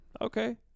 Okay